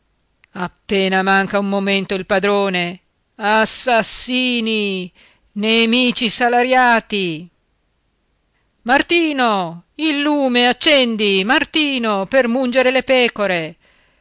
appena manca un momento il padrone assassini nemici salariati martino il lume accendi martino per mungere le pecore